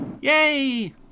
Yay